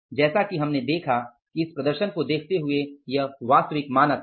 जैसा की हमने देखा है कि इस प्रदर्शन को देखते हुए यह वास्तविक मानक था